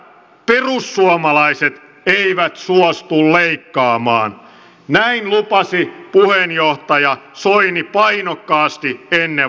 heiltä perussuomalaiset eivät suostu leikkaamaan näin lupasi puheenjohtaja soini painokkaasti ennen vaaleja